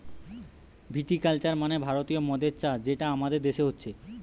ভিটি culture মানে ভারতীয় মদের চাষ যেটা আমাদের দেশে হচ্ছে